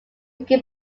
taken